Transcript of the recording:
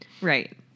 right